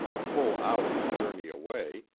a full hour's journey away,